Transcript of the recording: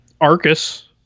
Arcus